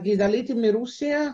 עליתי מרוסיה,